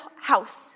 house